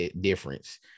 difference